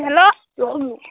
hello